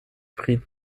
pri